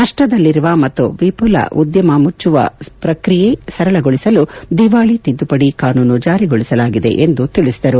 ನಷ್ಟದಲ್ಲಿರುವ ಮತ್ತು ವಿಫಲ ಉದ್ದಮ ಮುಚ್ಲುವ ಪ್ರಕ್ರಿಯೆ ಸರಳಗೊಳಿಸಲು ದಿವಾಳಿ ತಿದ್ಲುಪಡಿ ಕಾನೂನು ಜಾರಿಗೊಳಿಸಲಾಗಿದೆ ಎಂದು ತಿಳಿಸಿದರು